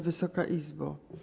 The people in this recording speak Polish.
Wysoka Izbo!